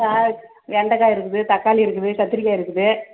காய் வெண்டைக்கா இருக்குது தக்காளி இருக்குது கத்திரிக்காய் இருக்குது